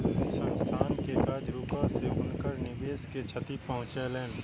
संस्थान के काज रुकै से हुनकर निवेश के क्षति पहुँचलैन